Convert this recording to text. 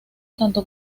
tanto